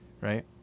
right